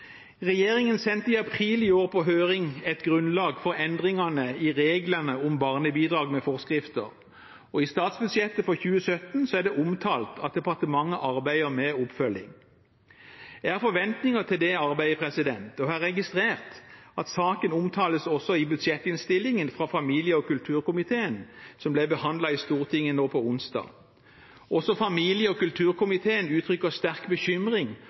Regjeringen sendte i april i år på høring et grunnlag for endringene i reglene om barnebidrag med forskrifter, og i statsbudsjettet for 2017 er det omtalt at departementet arbeider med oppfølging. Jeg har forventninger til det arbeidet, og jeg har registrert at saken også omtales i budsjettinnstillingen fra familie- og kulturkomiteen, som ble behandlet i Stortinget nå på onsdag. Også familie- og kulturkomiteen uttrykker sterk bekymring